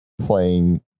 playing